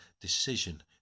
decision